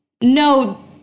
no